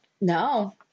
no